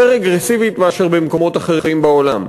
רגרסיבית מאשר במקומות אחרים בעולם,